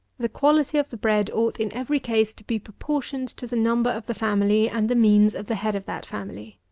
the quality of the bread ought, in every case, to be proportioned to the number of the family and the means of the head of that family.